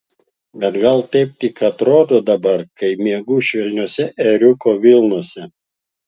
bet gal taip tik atrodo dabar kai miegu švelniose ėriukų vilnose